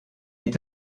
est